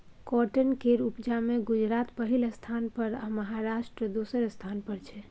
cotton केर उपजा मे गुजरात पहिल स्थान पर आ महाराष्ट्र दोसर स्थान पर छै